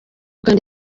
kandi